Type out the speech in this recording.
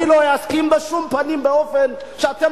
אני לא אסכים בשום פנים ואופן שאתם